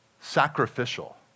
sacrificial